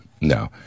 No